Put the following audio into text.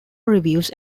reviews